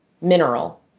mineral